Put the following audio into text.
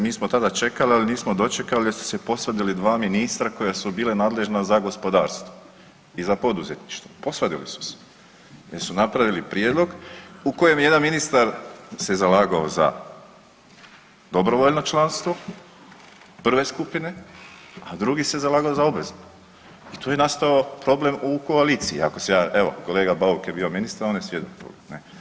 Mi smo tada čekali, ali nismo dočekali jer ste se posvadili 2 ministra koja su bila nadležna za gospodarstvo i za poduzetništvo, posvadili su se jer su napravili prijedlog u kojem jedan ministar se zalagao za dobrovoljno članstvo prve skupine, a drugi se zalagao za obvezno i tu je nastao problem u koaliciji, ako se ja, evo, kolega Bauk je bio ministar, on je svjedok tu, ne.